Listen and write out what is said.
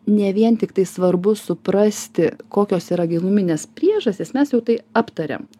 ne vien tik tai svarbu suprasti kokios yra giluminės priežastys mes jau tai aptarėm